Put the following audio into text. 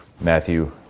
Matthew